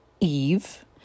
Eve